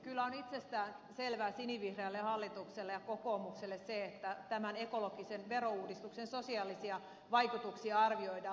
kyllä on itsestään selvää sinivihreälle hallitukselle ja kokoomukselle se että tämän ekologisen verouudistuksen sosiaalisia vaikutuksia arvioidaan